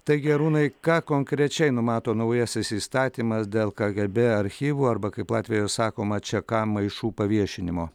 taigi arūnai ką konkrečiai numato naujasis įstatymas dėl kgb archyvų arba kaip latvijoje sakoma čia kam maišų paviešinimo